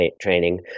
training